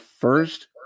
first